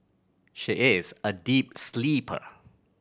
she is a deep sleeper